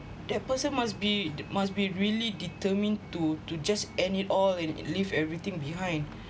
that person must be d~ must be really determined to to just end it all and leave everything behind